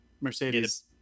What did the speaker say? Mercedes